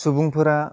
सुबुंफोरा